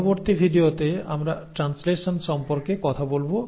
পরবর্তী ভিডিওতে আমরা ট্রান্সলেশন সম্পর্কে কথা বলব